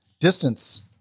distance